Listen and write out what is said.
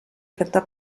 efectuó